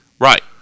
Right